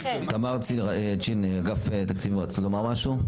תמר צ'ין, אגף תקציבים רצית להגיד משהו?